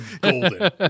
golden